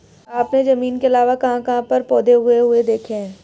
आपने जमीन के अलावा कहाँ कहाँ पर पौधे उगे हुए देखे हैं?